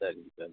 சரிங்க சார்